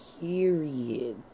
Period